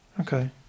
Okay